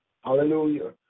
Hallelujah